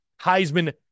Heisman